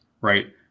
right